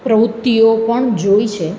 પ્રવૃતિઓ પણ જોઈ છે